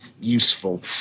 useful